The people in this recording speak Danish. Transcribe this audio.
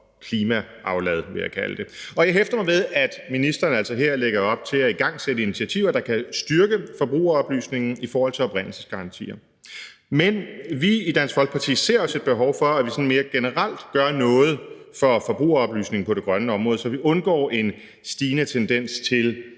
klimaaflad, som jeg vil kalde det. Og jeg hæfter mig ved, at ministeren altså her lægger op til at igangsætte initiativer, der kan styrke forbrugeroplysningen i forhold til oprindelsesgarantier. Men vi i Dansk Folkeparti ser også et behov for, at vi sådan mere generelt gør noget for forbrugeroplysningen på det grønne område, så vi undgår en stigende tendens til,